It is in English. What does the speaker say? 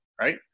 right